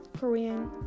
Korean